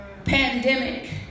Pandemic